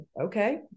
okay